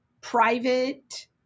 private